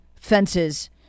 fences